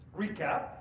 recap